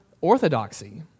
orthodoxy